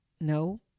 No